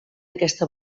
aquesta